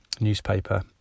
newspaper